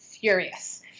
furious